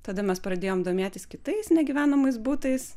tada mes pradėjom domėtis kitais negyvenamais butais